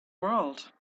world